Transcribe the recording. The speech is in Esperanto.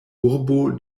urbo